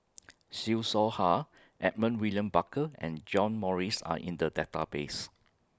Siew Shaw Her Edmund William Barker and John Morrice Are in The Database